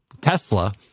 Tesla